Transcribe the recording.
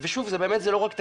ושוב, זה לא רק תקציב.